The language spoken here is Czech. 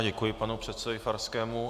Děkuji panu předsedovi Farskému.